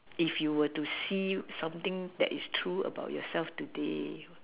if you were to see something that is true about yourself today